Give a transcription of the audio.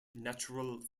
natural